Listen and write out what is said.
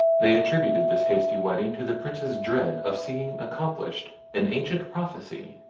they attributed this hasty wedding to the prince's dread of seeing accomplished an ancient prophecy,